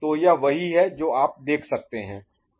तो यह वही है जो आप देख सकते हैं